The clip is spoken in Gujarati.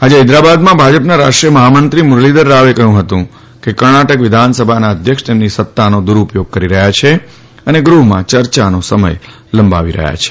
આજે હૈદરાબાદમાં ભાજપના રાષ્ટ્રીય મહામંત્રી મુરલીધર રાવે કહ્યું કે કર્ણાટક વિધાનસભાના અધ્યક્ષ તેમની સત્તાનો દુરૂપયોગ કરી રહ્યા છે અને ગૃહમાં ચર્ચાનો સમય લંબાવી રહ્યા છે